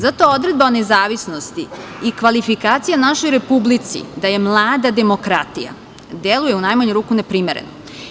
Zato odredba o nezavisnosti i kvalifikacija našoj Republici da je mlada demokratija deluje, u najmanju ruku, neprimereno.